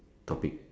topic